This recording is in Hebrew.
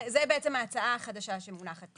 זה בעצם ההצעה החדשה שמונחת.